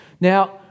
Now